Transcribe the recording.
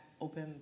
open